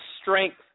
strength